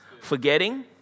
Forgetting